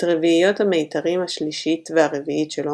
את רביעיות המיתרים השלישית והרביעית שלו